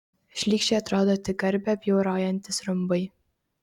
šlykščiai atrodo tik garbę bjaurojantys rumbai